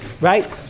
right